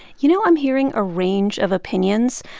you know, i'm hearing a range of opinions.